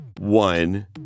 one